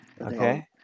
Okay